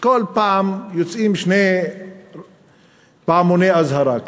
כל פעם יוצאים שני פעמוני אזהרה כאלה.